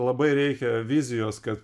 labai reikia vizijos kad